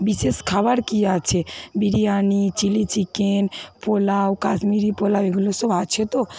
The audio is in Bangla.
বিশেষ খাবার কি আছে বিরিয়ানি চিলি চিকেন পোলাও কাশ্মীরি পোলাও এগুলো সব আছে তো